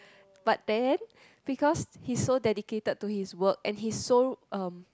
but then because he's so dedicated to his work and he's so um